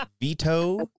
veto